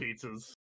pizzas